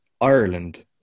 Ireland